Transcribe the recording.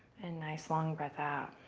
and nice long breath out.